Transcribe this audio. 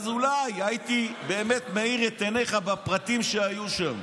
כי אז אולי הייתי מאיר את עיניך בפרטים שהיו שם.